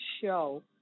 show